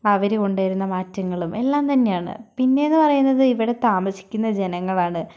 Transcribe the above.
അവർ കൊണ്ടുവരുന്ന മാറ്റങ്ങളും എല്ലാം തന്നെയാണ് പിന്നെ എന്നു പറയുന്നത് ഇവിടെ താമസിക്കുന്ന ജനങ്ങളാണ്